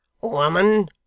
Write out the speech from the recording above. Woman